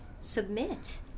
submit